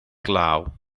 glaw